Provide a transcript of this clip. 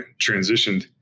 transitioned